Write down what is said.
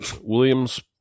Williams